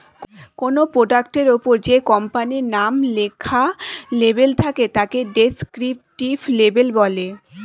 কোনো প্রোডাক্টের ওপরে যে কোম্পানির নাম লেখা লেবেল থাকে তাকে ডেসক্রিপটিভ লেবেল বলে